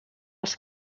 els